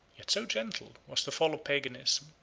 yet so gentle, was the fall of paganism,